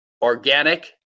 Organic